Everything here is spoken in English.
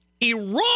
Iran